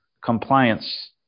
compliance